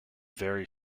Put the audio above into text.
very